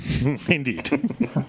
indeed